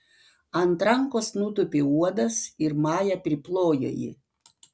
ant rankos nutūpė uodas ir maja priplojo jį